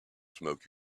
smoke